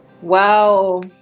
wow